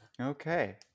Okay